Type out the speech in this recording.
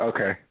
Okay